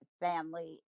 family